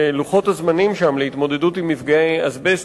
שלוחות הזמנים שם להתמודד עם מפגעי אזבסט